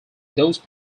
those